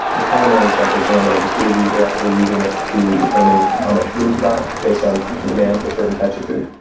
the culinary example is the one that i just gave you. they're actually using it to determine how much food to buy based on the demand for certain types of food.